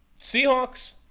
Seahawks